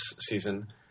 season